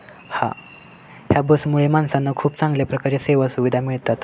हां ह्या बसमुळे माणसांना खूप चांगल्या प्रकारे सेवा सुविधा मिळतात